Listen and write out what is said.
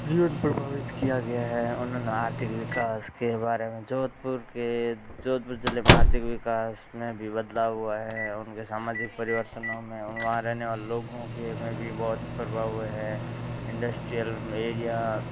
जीवन प्रभावित किया गया है उन्होंने आर्थिक विकास के बारे में जोधपुर के जोधपुर ज़िले में आर्थिक विकास में भी बदलाव हुआ है उन के सामाजिक परिवर्तनों में वहाँ रहने वाले लोगों के में भी बहुत प्रभाव हुआ है इंडस्ट्रियल एरिया